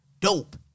dope